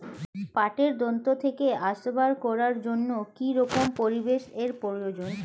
পাটের দণ্ড থেকে আসবাব করার জন্য কি রকম পরিবেশ এর প্রয়োজন?